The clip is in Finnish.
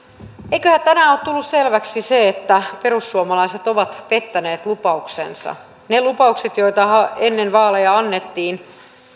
eiköhän tänään ole tullut selväksi se että perussuomalaiset ovat pettäneet lupauksensa ne lupaukset joita ennen vaaleja annettiin